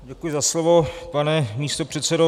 Děkuji za slovo, pane místopředsedo.